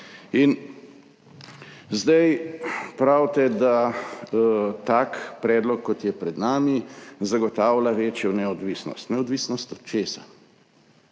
In zdaj pravite, da tak predlog, kot je pred nami, zagotavlja večjo neodvisnost. Neodvisnost od česa?